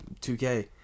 2K